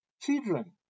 Children